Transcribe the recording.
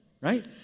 right